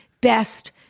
Best